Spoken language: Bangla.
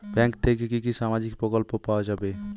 ব্যাঙ্ক থেকে কি কি সামাজিক প্রকল্প পাওয়া যাবে?